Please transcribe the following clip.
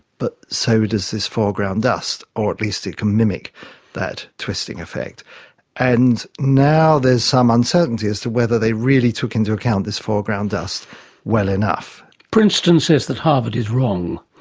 but so does this foreground dust, or at least it can mimic that twisting effect and now there is some uncertainty as to whether they really took into account this foreground dust well enough. princeton says that harvard is wrong.